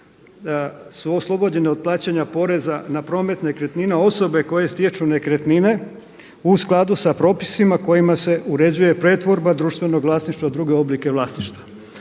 su oslobođeni od plaćanja poreza na promet nekretnina osobe koje stječu nekretnine u skladu sa propisima kojima se uređuje pretvorba društvenog vlasništva druge oblike vlasništva.